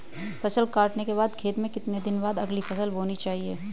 फसल काटने के बाद खेत में कितने दिन बाद अगली फसल बोनी चाहिये?